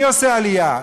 מי עושה עלייה?